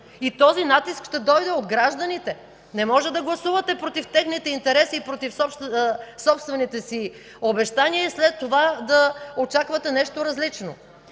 И този натиск ще дойде от гражданите. Не може да гласувате против техните интереси и против собствените си обещания, а след това да очаквате нещо различно.